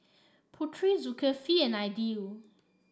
Putri Zulkifli and Aidil